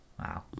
Wow